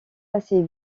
assez